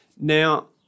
Now